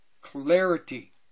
clarity